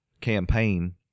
campaign